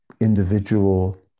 individual